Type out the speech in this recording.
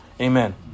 Amen